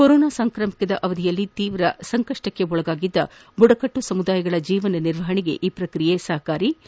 corona ಸಾಂಕ್ರಾಮಿಕದ ಅವಧಿಯಲ್ಲಿ ತೀವ್ರ ಸಂಕಷ್ಟಕ್ಕೆ ಒಳಗಾಗಿದ್ದ ಬುಡಕಟ್ಟು ಸಮುದಾಯಗಳ ಜೀವನ ನಿರ್ವಹಣೆಗೆ ಈ ಪ್ರಕ್ರಿಯೆ ಸಹಕಾರಿಯಾಗಿದೆ